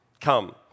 come